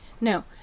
No